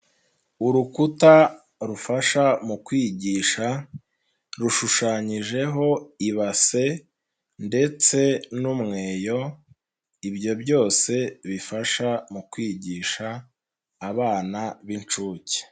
Urukuta rufasha mu kwigisha, rushushanyijeho ibase ndetse n'umweyo, ibyo byose bifasha mu kwigisha abana b'inshuke.